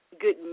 good